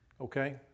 Okay